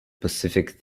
pacific